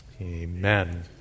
Amen